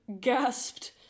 gasped